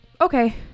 okay